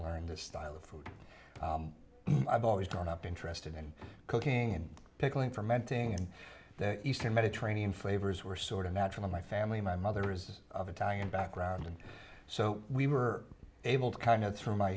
learn this style of food i've always drawn up interested in cooking and pickling fermenting and the eastern mediterranean flavors were sort of natural in my family my mother is of italian background and so we were able to kind of through my